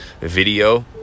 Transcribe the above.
video